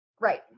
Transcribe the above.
Right